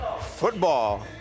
football